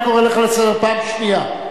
אני קורא אותך לסדר פעם שנייה.